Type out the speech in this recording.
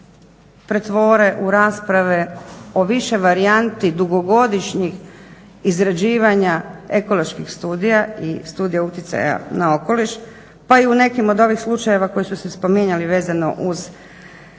pretvore u rasprave o više varijanti dugogodišnjih izrađivanja ekoloških studija i studija uticaja na okoliš, pa i u nekim od ovih slučajeva koji su se spominjali vezano uz ministricu